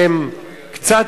שהן קצת,